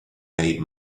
made